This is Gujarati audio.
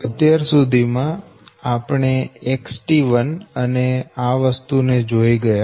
અત્યાર સુધી માં આપણે XT1 અને આ વસ્તુ ને જોઈ ગયા